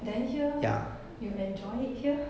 then here you enjoy it here